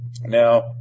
Now